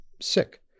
sick